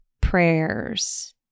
prayers